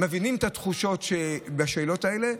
מבינים את התחושות בשאלות האלה,